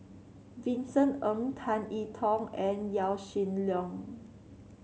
Vincent Ng Tan I Tong and Yaw Shin Leong